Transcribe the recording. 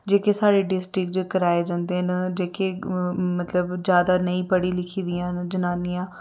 जेह्के साढ़े डिस्टिक च कराए जंदे न जेह्के मतलब ज्यादा नेईं पढ़ी लिखी दियां न जनानियां